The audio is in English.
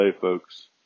folks